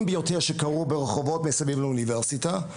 ביותר שגרו ברחובות מסביב לאוניברסיטה,